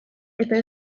eta